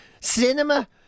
cinema